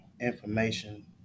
information